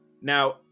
Now